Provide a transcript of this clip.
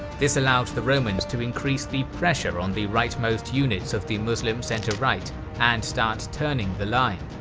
this allowed the romans to increase the pressure on the rightmost units of the muslim center right and start turning the line.